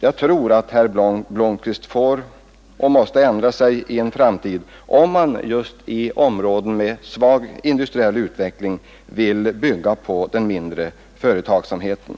Jag tror att herr Blomkvist måste ändra sig i en framtid, om man just i områden med svag industriell utveckling vill bygga på en expansion inom den mindre företagsamheten.